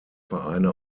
vereine